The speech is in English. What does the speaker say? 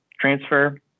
transfer